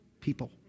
people